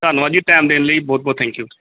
ਧੰਨਵਾਦ ਜੀ ਟਾਈਮ ਦੇਣ ਲਈ ਬਹੁਤ ਬਹੁਤ ਥੈਂਕ ਯੂ ਜੀ